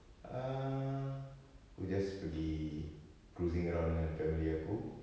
err aku just pergi cruising around dengan family aku